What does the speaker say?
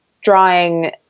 drawing